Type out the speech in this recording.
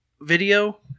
video